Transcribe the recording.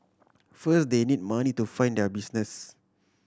first they need money to fund their business